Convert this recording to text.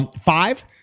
Five